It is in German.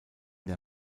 der